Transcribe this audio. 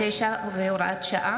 9) (הארכת תקופת מעבר),